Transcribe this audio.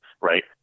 right